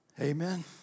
Amen